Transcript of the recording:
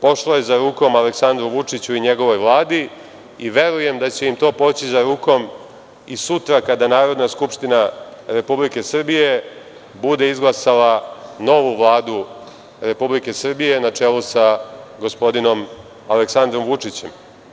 Pošlo je za rukom Aleksandru Vučiću i njegovoj Vladi i verujem da će im to poći za rukom i sutra kada Narodna skupština Republike Srbije bude izglasala novu vladu Republike Srbije, na čelu sa gospodinom Aleksandrom Vučićem.